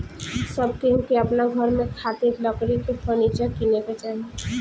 सब केहू के अपना घर में खातिर लकड़ी के फर्नीचर किने के चाही